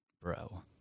bro